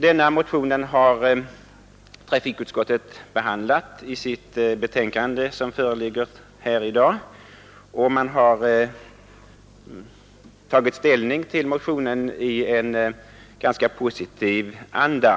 Denna motion har trafikutskottet behandlat i sitt betänkande som föreligger här i dag, och utskottet har tagit ställning till motionen i en ganska positiv anda.